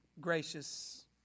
Gracious